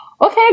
okay